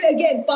Again